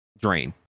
drain